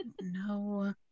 no